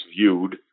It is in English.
viewed